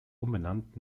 umbenannt